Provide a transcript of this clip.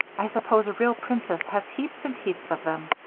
i suppose a real princess has heaps and heaps of them.